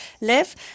live